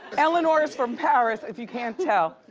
eleanor is from paris, if you can't tell.